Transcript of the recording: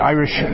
Irish